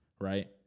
right